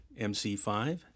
MC5